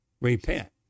Repent